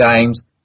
games